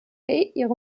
ihre